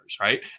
right